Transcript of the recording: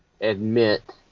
admit